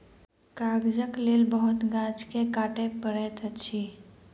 कागजक लेल बहुत गाछ के काटअ पड़ैत अछि